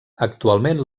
actualment